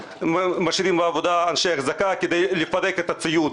משאירים בעבודה גם אנשי אחזקה כדי לפרק את הציוד.